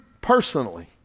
personally